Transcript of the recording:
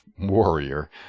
warrior